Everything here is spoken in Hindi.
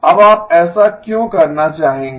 अब आप ऐसा क्यों करना चाहेंगे